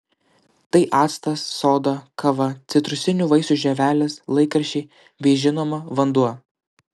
tai actas soda kava citrusinių vaisių žievelės laikraščiai bei žinoma vanduo